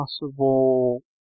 possible